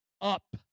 up